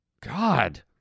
God